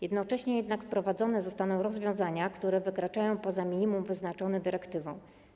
Jednocześnie jednak wprowadzone zostaną rozwiązania, które wykraczają poza minimum wyznaczone dyrektywą.